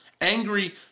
angry